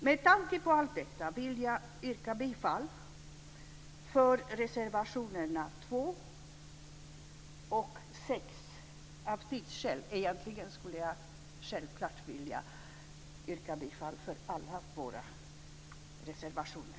Med tanke på allt detta, och av tidsskäl, vill jag yrka bifall till reservationerna 2 och 6. Egentligen vill jag yrka bifall till alla våra reservationer.